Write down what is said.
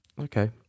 Okay